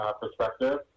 perspective